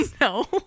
no